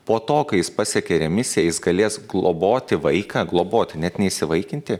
po to kai jis pasiekė remisiją jis galės globoti vaiką globoti net ne įsivaikinti